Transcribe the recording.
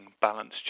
balanced